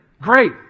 Great